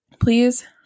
please